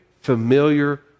familiar